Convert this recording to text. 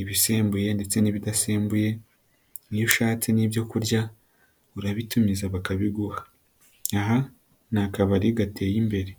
ibisembuye ndetse n'ibidasembuye, n'iyo ushatse n'ibyokurya urabitumiza bakabiguha. Aha ni akabari gateye imbere.